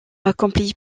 accompli